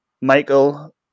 Michael